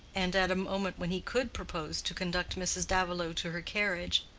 and at a moment when he could propose to conduct mrs. davilow to her carriage,